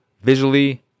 visually